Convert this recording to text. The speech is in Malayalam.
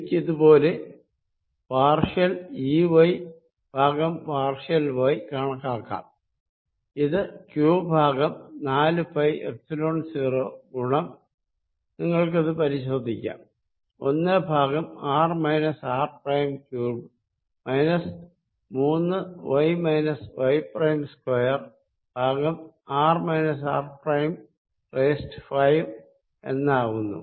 എനിക്കിതുപോലെ പാർഷ്യൽ ഈ വൈ ഭാഗം പാർഷ്യൽ വൈ കണക്കാക്കാം ഇത് ക്യൂ ഭാഗം നാലു പൈ എപ്സിലോൺ 0 ഗുണം നിങ്ങൾക്കിത് പരിശോധിക്കാം ഒന്ന് ഭാഗം r minus r prime cube minus മൂന്ന് y minus y prime square ഭാഗം r minus r prime raised അഞ്ച് എന്നാകുന്നു